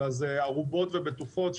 אלא זה ערובות ובטוחות,